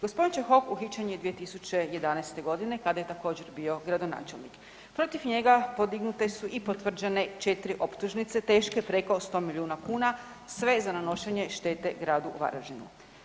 Gospodin Čehok uhićen je 2011. godine kada je također bio gradonačelnik, protiv njega podignute su i potvrđene 4 optužnice teške preko 100 milijuna kuna sve za nanošenje štete gradu Varaždinu.